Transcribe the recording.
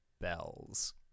bells